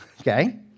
okay